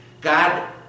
God